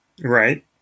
Right